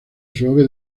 suave